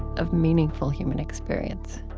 of meaningful human experience.